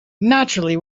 naturally